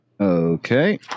Okay